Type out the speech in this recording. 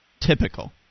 Typical